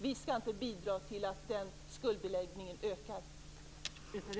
Vi skall inte bidra till att den skuldbördan ökar.